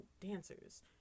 dancers